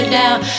down